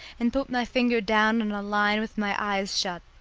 and put my finger down on a line with my eyes shut.